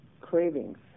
cravings